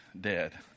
dead